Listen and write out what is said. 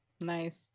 nice